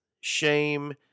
shame